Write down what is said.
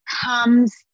comes